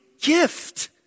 gift